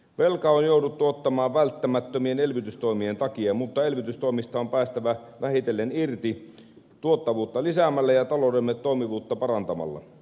velkaa on jouduttu ottamaan välttämättömien elvytystoimien takia mutta elvytystoimista on päästävä vähitellen irti tuottavuutta lisäämällä ja taloutemme toimivuutta parantamalla